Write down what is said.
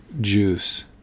juice